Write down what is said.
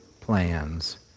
plans